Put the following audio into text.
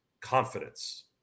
confidence